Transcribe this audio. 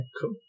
cool